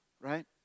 right